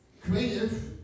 Creative